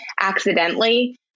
accidentally